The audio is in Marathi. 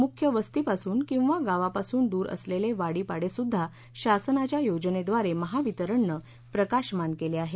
मुख्य वस्तीपासून किंवा गावापासून दूर असलेले वाडीपाडे सुध्दा शासनाच्या योजनेद्वारे महावितरणनं प्रकाशमान केले आहेत